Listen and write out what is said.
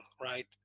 right